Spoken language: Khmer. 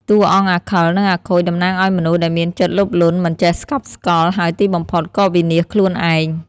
តួអង្គអាខិល និងអាខូច តំណាងឲ្យមនុស្សដែលមានចិត្តលោភលន់ មិនចេះស្កប់ស្កល់ ហើយទីបំផុតក៏វិនាសខ្លួនឯង។